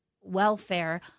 welfare